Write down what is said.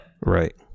Right